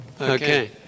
Okay